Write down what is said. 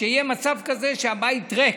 שיהיה מצב כזה שהבית ריק,